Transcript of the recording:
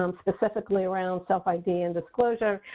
um specifically around self id and disclosure.